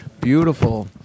Beautiful